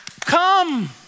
Come